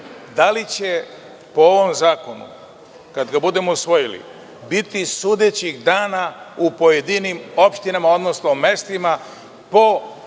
da li će po ovom zakonu, kada ga budemo usvojili, biti sudećih dana u pojedinim opštinama, odnosno mestima, po